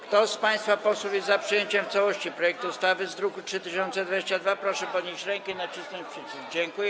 Kto z państwa posłów jest za przyjęciem w całości projektu ustawy z druku nr 3022, proszę podnieść rękę i nacisnąć przycisk.